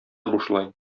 бушлай